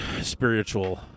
spiritual